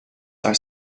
are